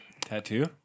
tattoo